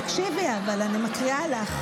אנחנו מפונים, אבל תקשיבי, אני מקריאה לך.